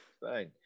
fine